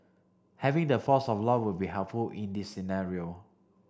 having the force of law would be helpful in the scenario